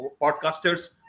podcasters